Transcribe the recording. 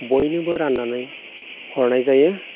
बयनोबो राननानै हरनाय जायो